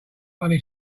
funny